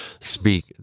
speak